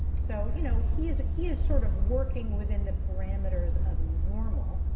so you know he is he is sort of working within the parameters of normal.